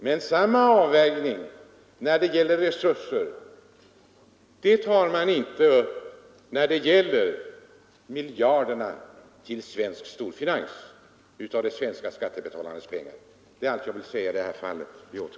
Men samma avvägning av resurser gör man inte när det gäller miljarderna från de svenska skattebetalarna till svensk storfinans.